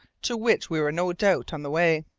to which we were no doubt on the way.